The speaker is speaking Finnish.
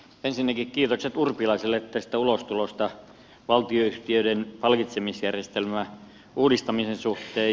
ensinnäkin kiitokset urpilaiselle tästä ulostulosta valtionyhtiöiden palkitsemisjärjestelmän uudistamisen suhteen